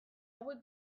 hauek